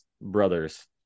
brothers